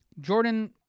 Jordan